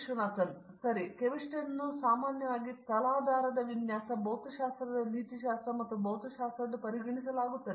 ವಿಶ್ವನಾಥನ್ ಸರಿ ಕೆಮಿಸ್ಟ್ರಿಯನ್ನು ಸಾಮಾನ್ಯವಾಗಿ ತಲಾಧಾರದ ವಿನ್ಯಾಸ ಭೌತಶಾಸ್ತ್ರದ ನೀತಿಶಾಸ್ತ್ರ ಮತ್ತು ಭೌತಶಾಸ್ತ್ರವೆಂದು ಪರಿಗಣಿಸಲಾಗುತ್ತದೆ